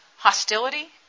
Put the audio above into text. Hostility